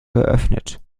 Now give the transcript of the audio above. geöffnet